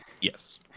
yes